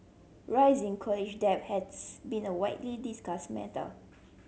rising college debt has been a widely discussed matter